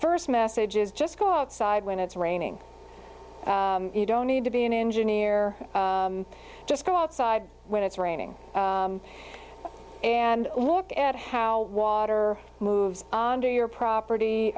first message is just go outside when it's raining you don't need to be an engineer just go outside when it's raining and look at how water moves onto your property